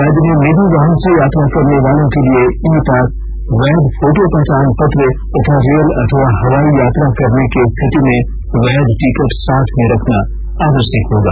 राज्य में निजी वाहन से यात्रा करने वालों के लिए ई पास वैध फोटो पहचान पत्र तथा रेल अथवा हवाई यात्रा करने की स्थिति में वैध टिकट साथ में रखना आवश्यक होगा